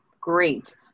great